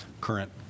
current